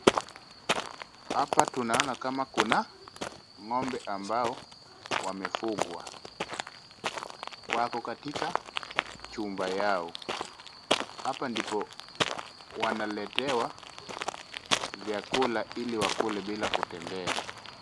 Hapa tunaona kama kuna ng'ombe ambao wamefugwa. Wako katika chumba yao. Hapo ndipo wanaletewa vyakula ili wakule bila kutembea.